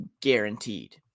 Guaranteed